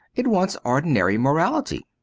it wants ordinary morality.